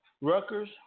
Rutgers